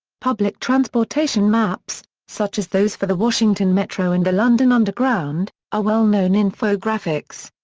public transportation maps, such as those for the washington metro and the london underground, are well-known infographics.